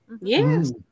Yes